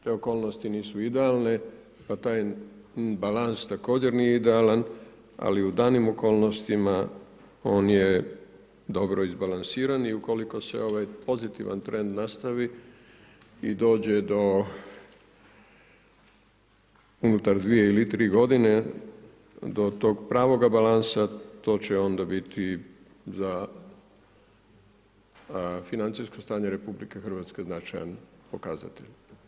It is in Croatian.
Te okolnosti nisu idealne, pa taj balans također nije idealan, ali u danim okolnostima, on je dobro izbalansiran i ukoliko se ovaj pozitivan trend nastavi i dođe do unutar dvije ili tri godine, do toga pravoga balansa, to će onda biti za financijsko stanje RH značajan pokazatelj.